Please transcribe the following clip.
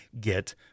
get